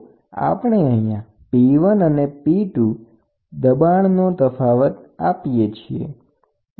તો આપણે અહીંયા P1 અને P2 દબાણનો તફાવત આપીએ છીએ